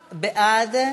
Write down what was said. בעד,